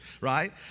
right